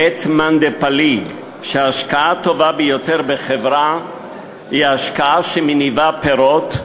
לית מאן דפליג שההשקעה הטובה ביותר בחברה היא ההשקעה שמניבה פירות,